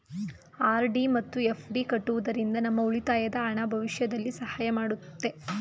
RD ಮತ್ತು FD ಕಟ್ಟುವುದರಿಂದ ನಮ್ಮ ಉಳಿತಾಯದ ಹಣ ಭವಿಷ್ಯದಲ್ಲಿ ಸಹಾಯ ಮಾಡುತ್ತೆ